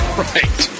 right